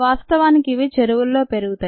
వాస్తవానికి ఇవి చెరువుల్లో పెరుగుతాయి